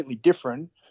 different